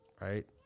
right